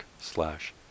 slash